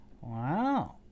Wow